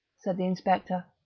said the inspector.